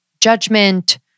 judgment